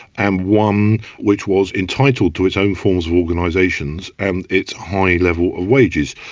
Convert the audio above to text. and one which was entitled to its own forms of organisations and its high level of wages.